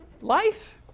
Life